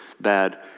bad